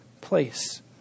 place